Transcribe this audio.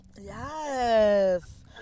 Yes